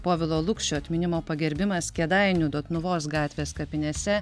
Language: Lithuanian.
povilo lukšio atminimo pagerbimas kėdainių dotnuvos gatvės kapinėse